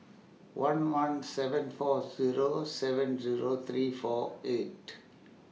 one one seven four Zero seven Zero three four eight